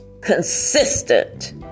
consistent